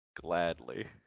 Gladly